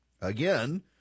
Again